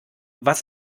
was